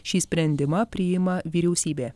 šį sprendimą priima vyriausybė